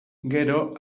gero